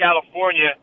California